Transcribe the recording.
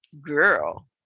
girl